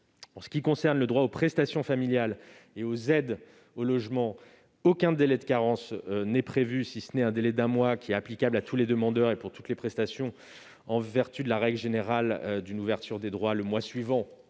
sanitaire. Pour le droit aux prestations familiales et aux aides au logement, aucun délai de carence n'est prévu, sinon le délai d'un mois applicable à tous les demandeurs et pour toutes les prestations, en vertu de la règle générale d'une ouverture des droits le mois suivant